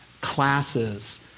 classes